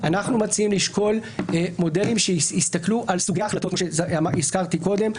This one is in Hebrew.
אנחנו מציעים לשקול מודלים שיסתכלו על סוגי ההחלטות שהזכרתי קודם,